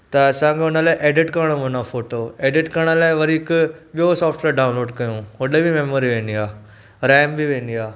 त असांखे हुन लाइ एडिट करिणो पवंदो आहे फोटो एडिट करण लाइ वरी हिकु ॿियो सॉफ्टवेयर डाउनलोड कयूं होॾे बि मेमोरी वेंदी आहे रैम बि वेंदी आहे